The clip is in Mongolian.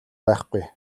байхгүй